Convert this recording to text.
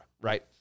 right